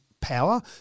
power